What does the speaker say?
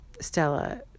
Stella